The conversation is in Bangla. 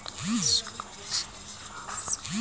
স্বল্প মেয়াদি বা দীর্ঘ মেয়াদি টাকা জমানোর কি কি উপায় আছে?